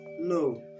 no